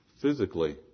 physically